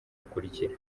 bukurikira